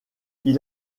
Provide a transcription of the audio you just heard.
ils